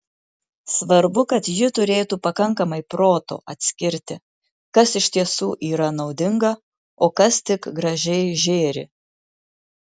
svarbu kad ji turėtų pakankamai proto atskirti kas iš tiesų yra naudinga o kas tik gražiai žėri